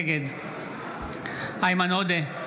נגד איימן עודה,